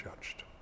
judged